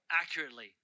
accurately